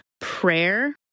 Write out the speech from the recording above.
prayer